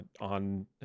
on